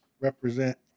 represent